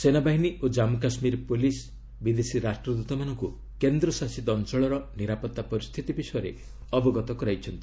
ସେନାବାହିନୀ ଓ ଜାମ୍ପୁକାଶ୍ମୀର ପୋଲିସ୍ ବିଦେଶୀ ରାଷ୍ଟ୍ରଦୂତମାନଙ୍କୁ କେନ୍ଦ୍ରଶାସିତ ଅଞ୍ଚଳର ନିରାପତ୍ତା ପରିସ୍ଥିତି ବିଷୟରେ ଅବଗତ କରାଇଛନ୍ତି